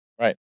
right